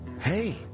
Hey